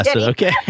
okay